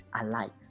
alive